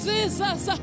Jesus